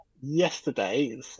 yesterday